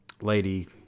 lady